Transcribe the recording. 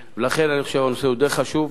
לכן, אני חושב שהנושא חשוב.